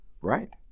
right